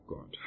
God